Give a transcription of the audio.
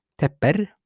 tepper